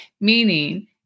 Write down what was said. meaning